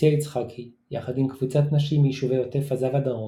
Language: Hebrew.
הוציאה יצחקי יחד עם קבוצת נשים מיישובי עוטף עזה והדרום,